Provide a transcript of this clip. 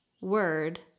word